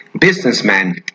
businessman